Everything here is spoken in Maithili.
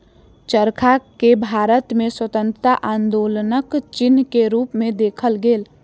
चरखा के भारत में स्वतंत्रता आन्दोलनक चिन्ह के रूप में देखल गेल